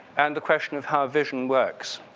and the question of how vision works.